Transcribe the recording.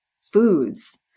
foods